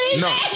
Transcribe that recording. no